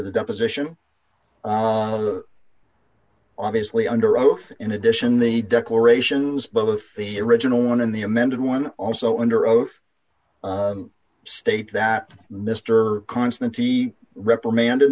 the deposition on the obviously under oath in addition the declarations both the original one and the amended one also under oath state that mr constantine reprimanded